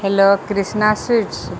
hello Krishna sweets